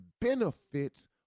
benefits